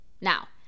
Now